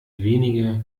wenige